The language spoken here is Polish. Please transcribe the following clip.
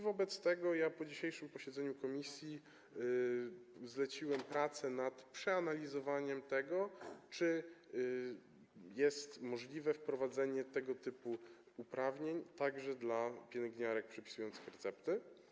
Wobec tego po dzisiejszym posiedzeniu komisji zleciłem prace nad przeanalizowaniem tego, czy jest możliwe wprowadzenie tego typu uprawnień także dla pielęgniarek wystawiających recepty.